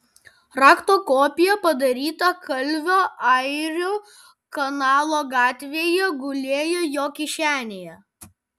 rakto kopija padaryta kalvio airių kanalo gatvėje gulėjo jo kišenėje